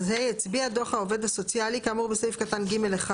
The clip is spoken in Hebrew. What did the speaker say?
(ה) הצביע דוח העובד הסוציאלי כאמור בסעיף קטן (ג)(1)